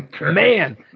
man